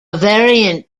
variant